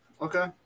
Okay